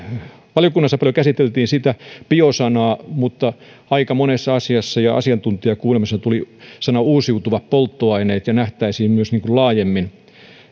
valiokunnassa paljon käsiteltiin sitä bio sanaa mutta aika monessa asiassa ja asiantuntijakuulemisessa tuli sana uusiutuvat polttoaineet eli se nähtäisiin myös laajemmin